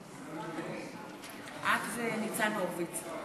את וניצן הורוביץ.